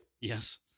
Yes